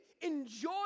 Enjoy